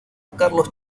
carlos